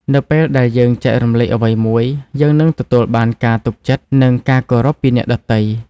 នៅពេលដែលយើងចែករំលែកអ្វីមួយ យើងនឹងទទួលបានការទុកចិត្ត និងការគោរពពីអ្នកដទៃ។